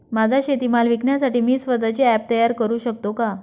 माझा शेतीमाल विकण्यासाठी मी स्वत:चे ॲप तयार करु शकतो का?